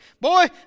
Boy